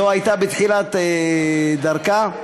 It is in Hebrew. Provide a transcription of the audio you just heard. זה היה בתחילת דרכה.